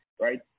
right